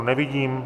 Nevidím.